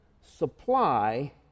supply